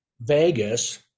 Vegas